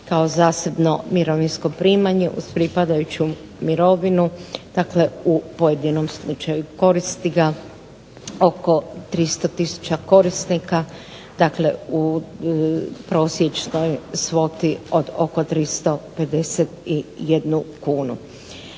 kao zasebno mirovinsko primanje, uz pripadajuću mirovinu dakle u pojedinom slučaju. Koristi ga oko 300 tisuća korisnika u prosječnoj svoti od oko 351 kunu.